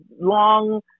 long